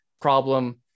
problem